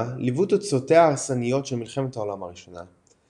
ליוו תוצאותיה ההרסניות של מלחמת העולם הראשונה.